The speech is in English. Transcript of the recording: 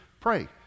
pray